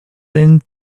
seem